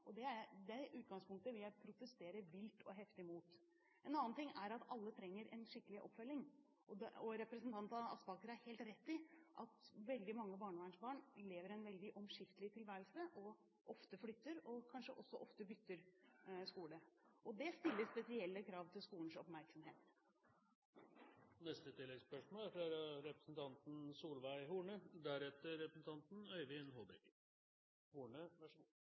Det utgangspunktet vil jeg protestere vilt og heftig mot. En annen ting er at alle trenger skikkelig oppfølging. Representanten Aspaker har helt rett i at veldig mange barnevernsbarn lever en veldig omskiftelig tilværelse og ofte flytter, og kanskje også ofte bytter skole. Det stiller spesielle krav til skolens oppmerksomhet. Solveig Horne – til oppfølgingsspørsmål. Mitt oppfølgingsspørsmål går til statsråd Lysbakken. Jeg er